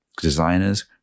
designers